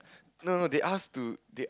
no no they ask to they